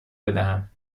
بدهم